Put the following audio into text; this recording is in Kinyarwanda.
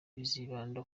bizibanda